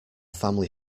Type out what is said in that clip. family